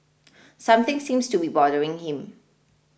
something seems to be bothering him